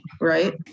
right